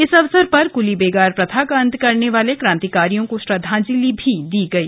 इस अवसर पर कुली बेगार प्रथा का अंत करने वाले क्रांतिकारियों को श्रद्धांजलि भी दी गई